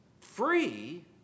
free